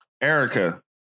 Erica